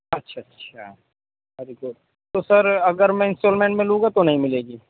اچھا اچھا very good تو سر اگر میں انسٹالمینٹ میں لوں گا تو نہیں ملے گی